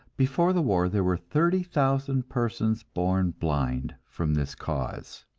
before the war, there were thirty thousand persons born blind from this cause.